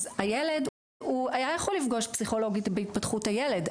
אז הילד הוא היה יכול לפגוש פסיכולוגית בהתפתחות הילד,